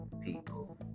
people